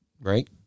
Right